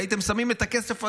הייתם שמים את הכסף הזה,